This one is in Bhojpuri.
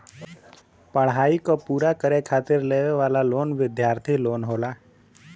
पढ़ाई क पूरा करे खातिर लेवे वाला लोन विद्यार्थी लोन होला